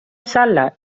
sala